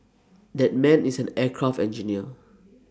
that man is an aircraft engineer